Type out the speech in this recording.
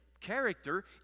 Character